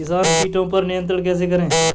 किसान कीटो पर नियंत्रण कैसे करें?